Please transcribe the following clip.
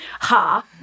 Ha